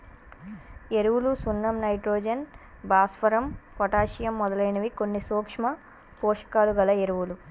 ఎరువులు సున్నం నైట్రోజన్, భాస్వరం, పొటాషియమ్ మొదలైనవి కొన్ని సూక్ష్మ పోషకాలు గల ఎరువులు